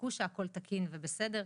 שבדקו שהכל תקין ושזה בסדר,